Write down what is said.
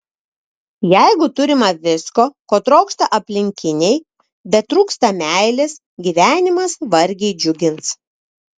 jeigu turima visko ko trokšta aplinkiniai bet trūksta meilės gyvenimas vargiai džiugins